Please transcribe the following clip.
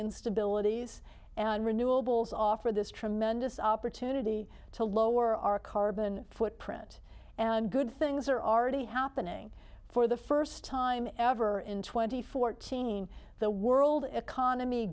instabilities and renewables offer this tremendous opportunity to lower our carbon footprint and good things are already happening for the first time ever in twenty fourteen the world economy